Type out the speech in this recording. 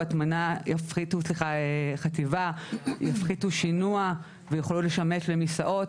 יפחיתו חציבה, יפחיתו שינוע ויוכלו לשמש למישאות.